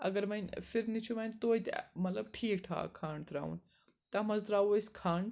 اگر وۄنۍ فِرنہِ چھُ وۄنۍ توتہِ ٲں مطلب ٹھیٖک ٹھاک کھَنٛڈ ترٛاوُن تَتھ منٛز ترٛاوٗو أسۍ کھَنٛڈ